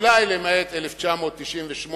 אולי למעט 1998,